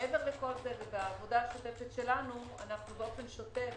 מעבר לכל זה ובעבודה שיטתית שלנו אנחנו באופן שוטף